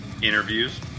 interviews